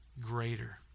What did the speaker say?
greater